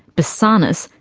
basarnas,